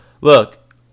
Look